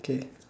okay